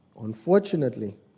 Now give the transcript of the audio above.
Unfortunately